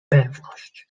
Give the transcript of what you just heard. pewność